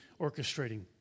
orchestrating